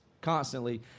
constantly